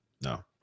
no